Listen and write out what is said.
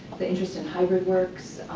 the interest in hybrid works,